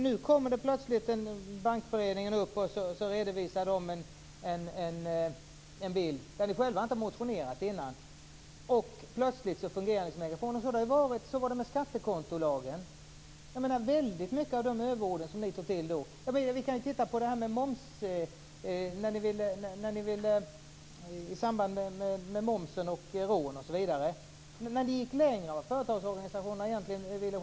Nu kommer plötsligt Bankföreningen och redovisar en bild, där ni själva inte har motionerat, och plötsligt fungerar ni som en megafon. Så var det med skattekontolagen. Ni tog till väldigt mycket överord då. I samband med momsen gick ni längre än vad företagen och organisationerna själva egentligen ville.